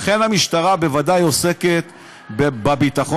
לכן המשטרה בוודאי עוסקת בביטחון.